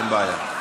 אין בעיה.